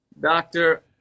Doctor